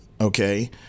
okay